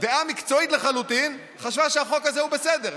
דעה מקצועית לחלוטין חשבה שהחוק הזה הוא בסדר,